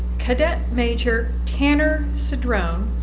cadet major tanner cedrone,